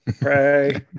pray